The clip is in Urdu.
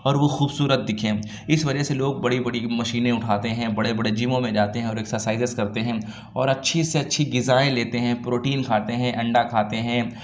اور وہ خوبصورت دکھیں اِس وجہ سے لوگ بڑی بڑی مشینیں اُٹھاتے ہیں بڑے بڑے جیموں میں جاتے ہیں اور ایکسرسائزز کرتے ہیں اور اچھی سے اچھی غذائیں لیتے ہیں پروٹین کھاتے ہیں انڈا کھاتے ہیں